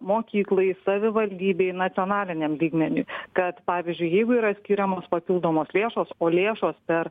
mokyklai savivaldybei nacionaliniam lygmeniui kad pavyzdžiui jeigu yra skiriamos papildomos lėšos o lėšos per